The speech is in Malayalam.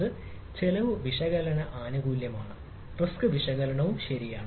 അത് ചെലവ് വിശകലന ആനുകൂല്യമാണ് റിസ്ക് വിശകലനം ശരിയാണ്